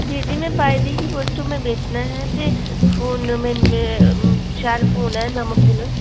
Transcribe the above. जी जी में पाई दी ही पोस्ट तो में बेचना ऐ ते फोन में नें शैल फोन ऐ नमां फोन ऐ